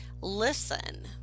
Listen